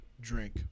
drink